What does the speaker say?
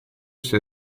sia